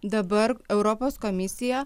dabar europos komisija